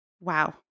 Wow